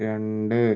രണ്ട്